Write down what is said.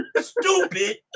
Stupid